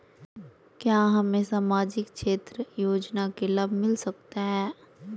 क्या हमें सामाजिक क्षेत्र योजना के लाभ मिलता सकता है?